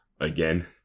again